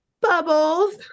Bubbles